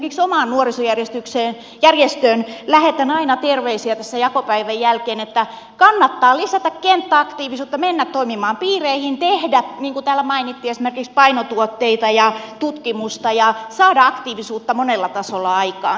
esimerkiksi omaan nuorisojärjestöön lähetän aina terveisiä tässä jakopäivän jälkeen että kannattaa lisätä kenttäaktiivisuutta mennä toimimaan piireihin tehdä niin kuin täällä mainittiin esimerkiksi painotuotteita ja tutkimusta ja saada aktiivisuutta monella tasolla aikaan